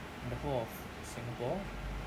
the whole of singapore